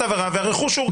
אני יודע ברף אזרחי להוכיח.